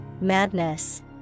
madness